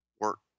work